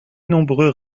nombreux